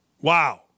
Wow